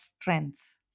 strengths